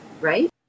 right